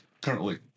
currently